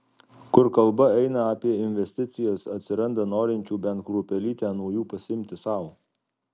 kur kalba eina apie investicijas atsiranda norinčių bent kruopelytę nuo jų pasiimti sau